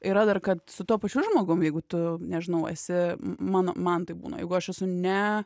yra dar kad su tuo pačiu žmogum jeigu tu nežinau esi mano man taip būna jeigu aš esu ne